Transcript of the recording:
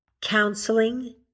counseling